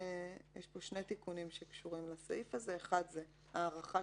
יש פה שני תיקונים שקשורים לסעיף הזה: הראשון הוא הארכת